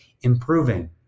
improving